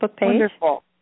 Wonderful